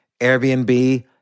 Airbnb